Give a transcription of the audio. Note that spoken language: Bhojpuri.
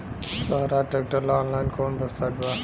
सोहराज ट्रैक्टर ला ऑनलाइन कोउन वेबसाइट बा?